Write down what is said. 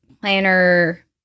planner